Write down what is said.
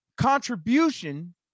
contribution